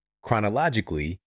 chronologically